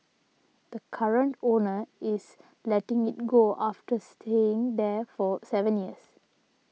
the current owner is letting it go after staying there for seven years